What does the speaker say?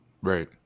Right